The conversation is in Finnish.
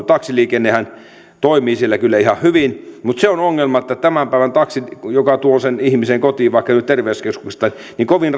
taksiliikenne maaseudulla toimii kyllä ihan hyvin mutta se on ongelma että tämän päivän taksin joka tuo sen ihmisen kotiin vaikka nyt terveyskeskuksesta toimet ovat niin kovin